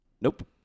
Nope